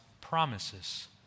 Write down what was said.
promises